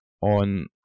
on